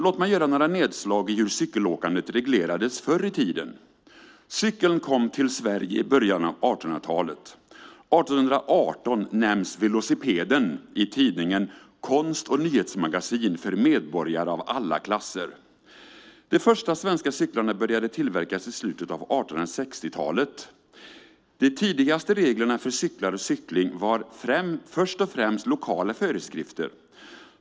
Låt mig göra några nedslag i hur cykelåkandet reglerades förr i tiden. Cykeln kom till Sverige i början av 1800-talet. År 1818 nämns velocipeden i tidningen Konst och Nyhets Magasin för Medborgare af alla Klasser . De första svenska cyklarna började tillverkas i slutet av 1860-talet. De tidigaste reglerna för cyklar och cykling var först och främst lokala föreskrifter.